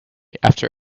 after